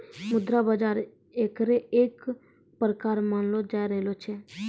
मुद्रा बाजार एकरे एक प्रकार मानलो जाय रहलो छै